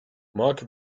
mark